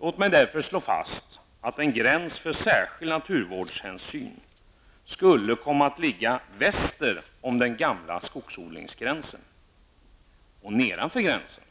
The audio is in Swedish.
Lågt mig därför slå fast att en gräns för särskild naturvårdshänsyn skulle ligga väster om den gamla skogsodlingsgränsen. Nedanför gränsen